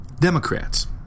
Democrats